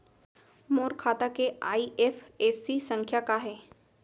मोर खाता के आई.एफ.एस.सी संख्या का हे?